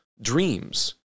dreams